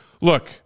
Look